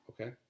Okay